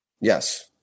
Yes